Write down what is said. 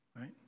Right